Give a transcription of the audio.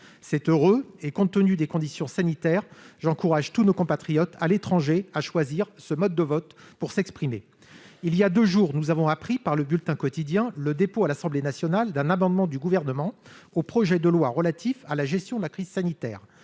C'est heureux et, compte tenu des conditions sanitaires, j'encourage tous nos compatriotes à l'étranger à choisir ce mode de vote pour s'exprimer. Il y a deux jours, nous avons appris par le le dépôt à l'Assemblée nationale d'un amendement du Gouvernement au projet de loi relatif à la gestion de la crise sanitaire.